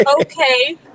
okay